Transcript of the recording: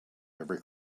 every